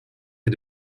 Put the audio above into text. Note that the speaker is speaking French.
est